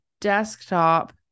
desktop